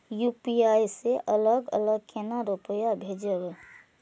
UPI से अलग अलग केना रुपया भेजब